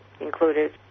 included